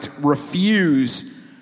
refuse